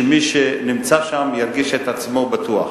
שמי שנמצא שם ירגיש את עצמו בטוח.